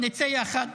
נצא יחד.